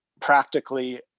practically